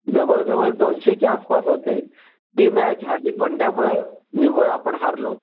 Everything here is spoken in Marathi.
जवळजवळ दोनशेच्या आसपास होते ती मॅच हार्दिक पंड्यामुळं निव्वळ आपण हारलो